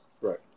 Right